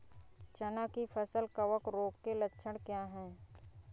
चना की फसल कवक रोग के लक्षण क्या है?